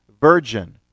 virgin